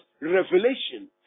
revelation